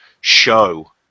show